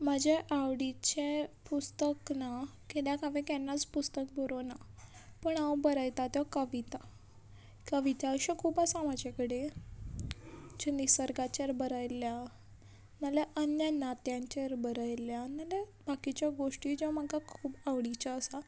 म्हजें आवडीचें पुस्तक ना किद्याक हांवें केन्नाच पुस्तक बरोवंक ना पूण हांव बरयता त्यो कविता कविता अश्यो खूब आसा म्हाजे कडेन ज्यो निसर्गाचेर बरयल्या नाल्या अन्य नात्यांचेर बरयल्या नाल्या बाकीच्यो गोश्टी ज्यो म्हाका खूब आवडीच्यो आसा तश्यो